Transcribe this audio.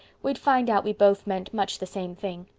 we'd find out we both meant much the same thing.